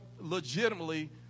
legitimately